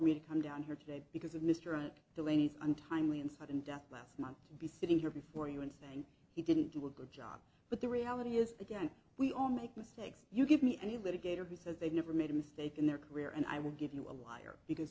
me to come down here today because of mr and the lady's untimely and sudden death last month to be sitting here before you and saying he didn't do a good job but the reality is again we all make mistakes you give me any litigator who says they never made a mistake in their career and i will give you a liar because